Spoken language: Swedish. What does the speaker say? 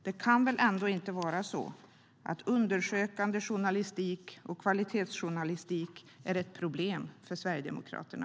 Det kan väl ändå inte vara så att undersökande journalistik och kvalitetsjournalistik är ett problem för Sverigedemokraterna?